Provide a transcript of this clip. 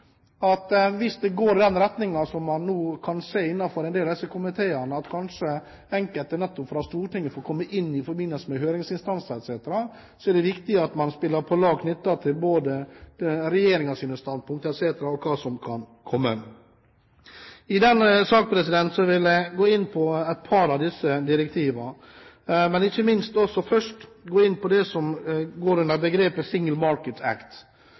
Hvis det går i den retningen som man nå kan se innenfor en del av disse komiteene, at kanskje enkelte fra Stortinget får komme inn i forbindelse med høringsinstanser etc., er det viktig at man spiller på lag med hensyn til både regjeringens standpunkter etc. og hva som kan komme. I denne saken vil jeg gå inn på et par av direktivene, men, ikke minst, først gå inn på det som går under begrepet